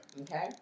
okay